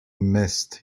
missed